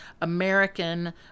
american